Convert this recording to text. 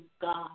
God